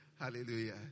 Hallelujah